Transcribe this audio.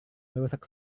merusak